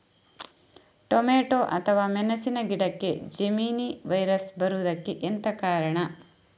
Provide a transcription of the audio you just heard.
Tomato ಅಥವಾ ಮೆಣಸಿನ ಗಿಡಕ್ಕೆ ಜೆಮಿನಿ ವೈರಸ್ ಬರುವುದಕ್ಕೆ ಎಂತ ಕಾರಣ?